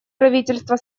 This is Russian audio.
правительства